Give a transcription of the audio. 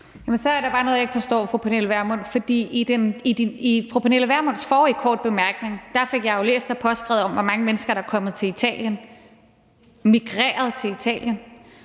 (EL): Så er der bare noget, jeg ikke forstår, fru Pernille Vermund. For i fru Pernille Vermunds forrige korte bemærkning fik jeg jo læst og påskrevet, hvor mange mennesker der var kommet til Italien, altså migreret til Italien.